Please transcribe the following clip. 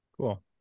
Cool